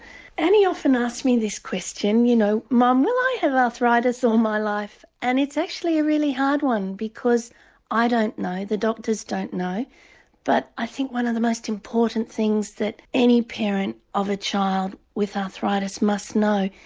annie often asks me this question, you know mum, will i have arthritis all my life? and it's actually a really hard one because i don't know, the doctors don't and know but i think one of the most important things that any parent of a child with arthritis must know,